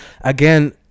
again